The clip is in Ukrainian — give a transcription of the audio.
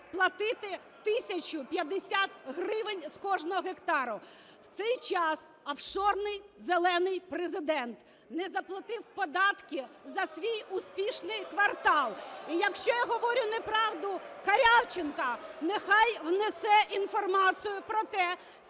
платити 1 тисячу 50 гривень з кожного гектара. В цей час "офшорний зелений Президент" не заплатив податки за свій "успішний квартал". І якщо я говорю неправду, Корявченков нехай внесе інформацію про те,